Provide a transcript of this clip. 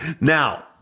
Now